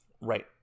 Right